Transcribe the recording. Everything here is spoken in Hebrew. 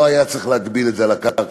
לא היה צריך להגדיל את זה בקרקע.